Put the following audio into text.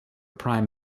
prime